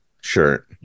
Sure